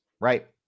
right